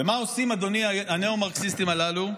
ומה עושים הניאו-מרקסיסטים הללו,